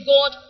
God